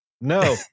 no